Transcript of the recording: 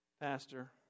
Pastor